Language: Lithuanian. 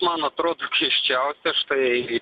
man atrodp keisčiausia štai